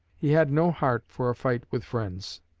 he had no heart for a fight with friends.